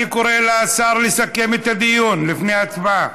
אני קורא לשר לסכם את הדיון לפני ההצבעה.